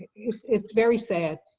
it's it's very sad.